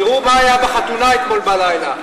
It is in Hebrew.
תראו מה היה בחתונה אתמול בלילה.